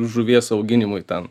žuvies auginimui ten